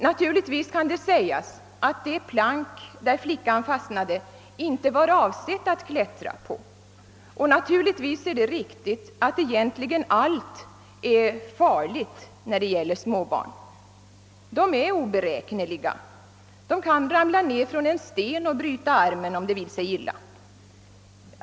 Naturligtvis kan det sägas att det plank på vilket flickan fastnade inte var avsett att klättra på, och självfallet är det riktigt att egentligen allt är farligt när det gäller småbarn. De är oberäkneliga och kan ramla ned från en sten och bryta en arm, om det vill sig illa.